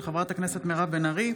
של חברת הכנסת מירב בן ארי.